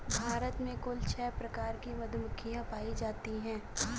भारत में कुल छः प्रकार की मधुमक्खियां पायी जातीं है